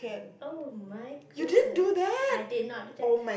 oh my goodness I did not do that